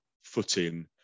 footing